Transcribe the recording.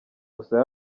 gusa